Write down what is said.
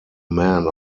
man